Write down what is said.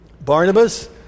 Barnabas